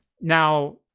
Now